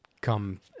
come